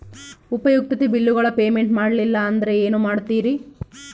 ಉಪಯುಕ್ತತೆ ಬಿಲ್ಲುಗಳ ಪೇಮೆಂಟ್ ಮಾಡಲಿಲ್ಲ ಅಂದರೆ ಏನು ಮಾಡುತ್ತೇರಿ?